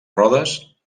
rodes